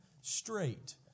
straight